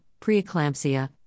preeclampsia